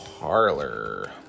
parlor